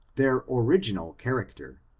their orig inal character,